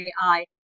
AI